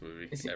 movie